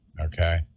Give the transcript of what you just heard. okay